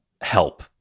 help